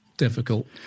difficult